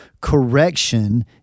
correction